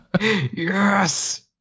yes